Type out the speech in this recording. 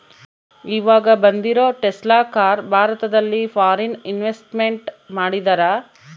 ಈವಾಗ ಬಂದಿರೋ Tesla car ಭಾರತದಲ್ಲಿ ಫಾರಿನ್ ಇನ್ವೆಸ್ಟ್ಮೆಂಟ್ ಮಾಡಿದರಾ